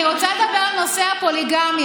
אני רוצה לדבר על נושא הפוליגמיה.